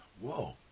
whoa